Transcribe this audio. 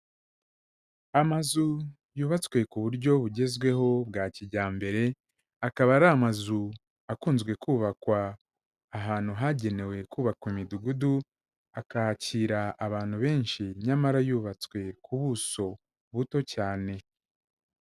Amazu yubatswe ku buryo bugezweho bwa kijyambere, akaba ari amazu akunzwe kubakwa ahantu hagenewe kubakwa imidugudu, akakira abantu benshi nyamara yubatswe ku buso buto cyane.